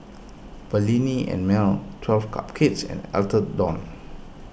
Perllini and Mel twelve Cupcakes and Atherton